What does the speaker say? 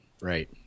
right